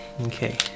Okay